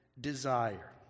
desire